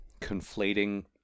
conflating